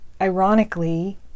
ironically